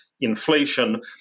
inflation